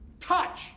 Touch